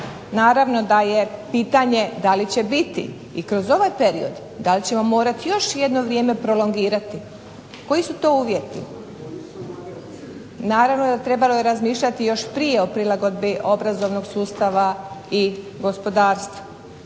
naravno da je pitanje da li će biti kroz ovaj period, da li ćemo morati još jedno vrijeme prolongirati, koji su to uvjeti? Naravno trebalo je razmišljati prije o prilagodbi obrazovnog sustava i gospodarstva